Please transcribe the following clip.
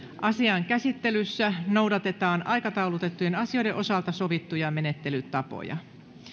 asian käsittelyssä noudatetaan aikataulutettujen asioiden osalta sovittuja menettelytapoja